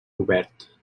obert